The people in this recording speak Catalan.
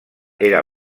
era